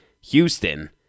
Houston